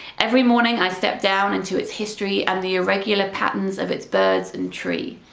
every morning i stepped down into its history and the irregular patterns of its birds and trees.